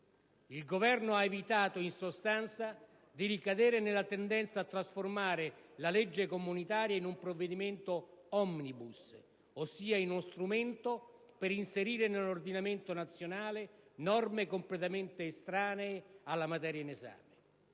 Il Governo ha evitato in sostanza di ricadere nella tendenza a trasformare la legge comunitaria in un provvedimento *omnibus*, ossia in uno strumento per inserire nell'ordinamento nazionale norme completamente estranee alla materia in esame.